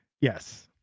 Yes